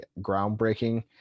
groundbreaking